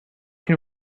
can